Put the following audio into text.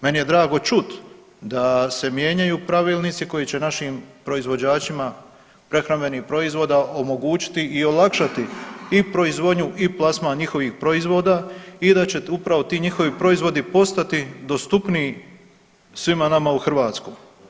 Meni je drago čuti da se mijenjaju pravilnici koji će našim proizvođačima prehrambenih proizvoda omogućiti i olakšati i proizvodnju i plasman njihovih proizvoda i da će upravo ti njihovi proizvodi postati dostupniji svima nama u Hrvatskoj.